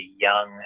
young